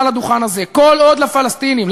מעל הדוכן הזה: כל עוד לפלסטינים,